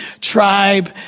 tribe